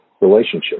relationship